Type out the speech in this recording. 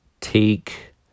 take